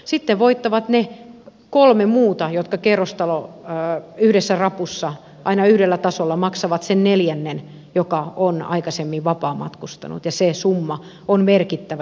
sitten voittavat ne kolme muuta jotka kerrostalon yhdessä rapussa aina yhdellä tasolla maksavat sen neljännen joka on aikaisemmin vapaamatkustanut ja se summa josta puhutaan on merkittävä